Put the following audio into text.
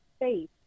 faith